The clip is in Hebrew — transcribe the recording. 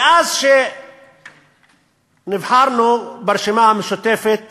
מאז שנבחרנו ברשימה המשותפת